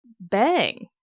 Bang